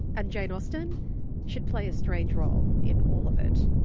and jane austen she'd play a strange role in all of it